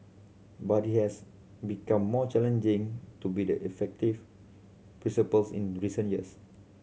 but it has become more challenging to be the effective principals in recent years